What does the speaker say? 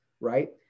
right